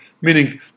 Meaning